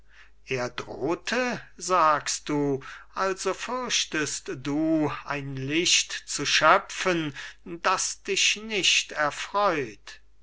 er drohte sagst du also fürchtest du ein licht zu schöpfen das dich nicht